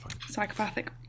Psychopathic